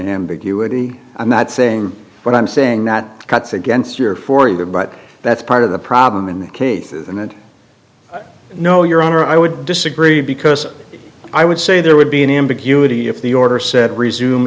ambiguity i'm not saying what i'm saying that cuts against your for either but that's part of the problem in the cases and it no your honor i would disagree because i would say there would be an ambiguity if the order said resume